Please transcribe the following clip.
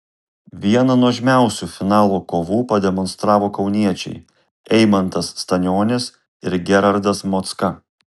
vieną nuožmiausių finalo kovų pademonstravo kauniečiai eimantas stanionis ir gerardas mocka